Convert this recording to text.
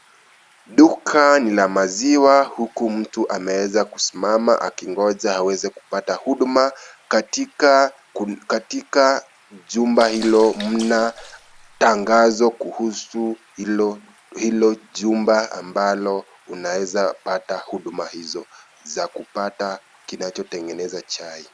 Duka ni la maziwa huku mtu ameweza kusimama akingoja aweze kupata huduma, katika jumba hilo mna tangazo kuhusu hilo jumba ambalo unaeza pata huduma hizo za kupata kinachotengeneza chai.